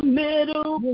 middle